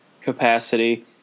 capacity